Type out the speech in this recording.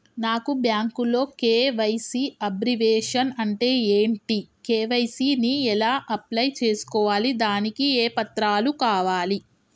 నాకు బ్యాంకులో KYC abbreviation అంటే ఏంటి కే.వై.సీ ని ఎలా అప్లై చేసుకోవాలి దానికి ఏ పత్రాలు కావాలి?